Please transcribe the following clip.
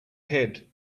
head